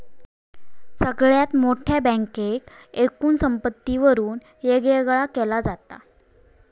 सगळ्यात मोठ्या बँकेक एकूण संपत्तीवरून वेगवेगळा केला जाता